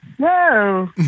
whoa